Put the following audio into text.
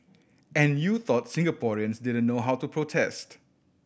and you thought Singaporeans didn't know how to protest